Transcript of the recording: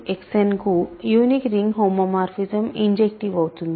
Xn కు unique ring homomorphism injective అవుతుంది